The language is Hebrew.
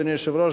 אדוני היושב-ראש,